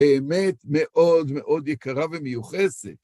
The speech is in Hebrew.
באמת מאוד מאוד יקרה ומיוחסת.